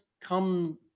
come